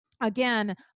Again